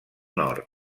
nord